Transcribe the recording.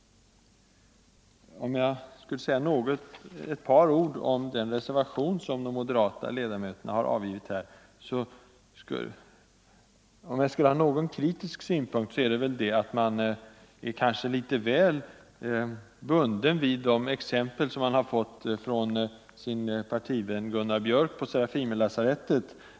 Om jag skulle lägga någon kritisk synpunkt på den reservation som de moderata ledamöterna har avgivit är det väl att reservanterna kanske är litet väl bundna vid de exempel som de har fått från sin partivän professor Gunnar Biörck på Serafimerlasarettet.